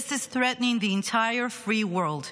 this is threatening the entire free world,